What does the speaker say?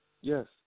Yes